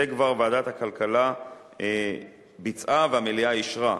את זה ועדת הכלכלה כבר ביצעה והמליאה אישרה.